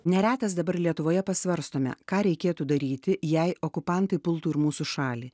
neretas dabar lietuvoje pasvarstome ką reikėtų daryti jei okupantai pultų ir mūsų šalį